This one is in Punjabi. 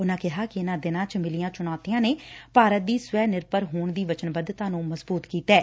ਉਨਾਂ ਕਿਹਾ ਕਿ ਇਨਾਂ ਦਿਨਾਂ ਚ ਮਿਲੀਆਂ ਚੂਣੌਤੀਆਂ ਨੇ ਭਾਰਤ ਦੀ ਸਵੈ ਨਿਰਭਰ ਹੋਣ ਦੀ ਵਚਨਬੱਧਤਾ ਨੂੰ ਮਜ਼ਬੂਤ ਕੀਤੈ